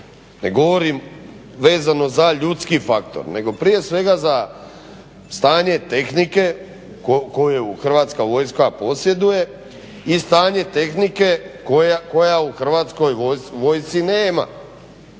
Ne govorim vezano za ljudski faktor nego prije svega za stanje tehnike koju Hrvatska vojsku posjeduje i stanje tehnike koje u Hrvatskoj vojsci nema.